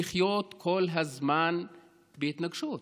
לחיות כל הזמן בהתנגשות.